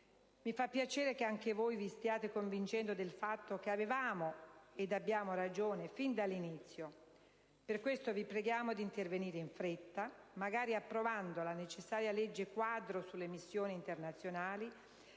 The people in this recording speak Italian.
Mi fa piacere che anche voi vi stiate convincendo del fatto che abbiamo ed avevamo ragione fin dall'inizio. Per questo vi preghiamo di intervenire in fretta, magari approvando la necessaria legge quadro sulle missioni internazionali,